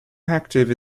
active